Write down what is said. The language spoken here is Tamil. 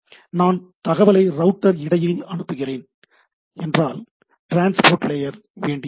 நான் தகவலை ரௌட்டர் இடையில் அனுப்புகிறேன் என்றால் டிரான்ஸ்போர்ட் லேயர் வேண்டியதில்லை